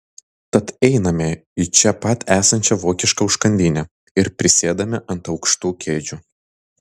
tad einame į čia pat esančią vokišką užkandinę ir prisėdame ant aukštų kėdžių